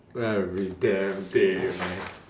every damn day man